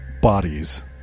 Bodies